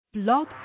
blog